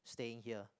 staying here